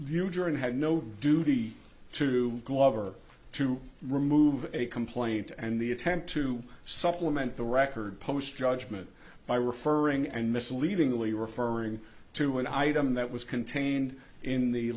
mujer and had no duty to glover to remove a complaint and the attempt to supplement the record post judgment by referring and misleadingly referring to an item that was contained in the